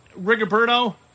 Rigoberto